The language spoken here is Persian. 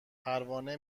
پروانه